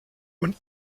und